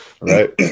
Right